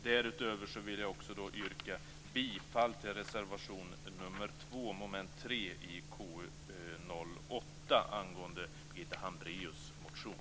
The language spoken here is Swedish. Därutöver vill jag yrka bifall till reservation nr 2 under mom. 3 i KU8 angående Birgitta Hambraeus motion.